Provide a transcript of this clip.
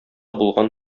булган